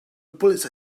bullets